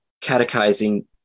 catechizing